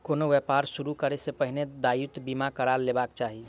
कोनो व्यापार शुरू करै सॅ पहिने दायित्व बीमा करा लेबाक चाही